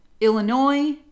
Illinois